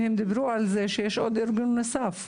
והם דיברו על זה שיש עוד ארגון נוסף.